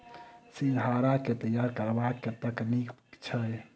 सिंघाड़ा केँ तैयार करबाक की तकनीक छैक?